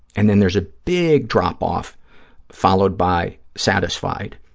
and then there's a big drop-off followed by satisfied,